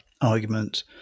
argument